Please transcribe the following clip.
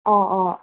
অঁ অঁ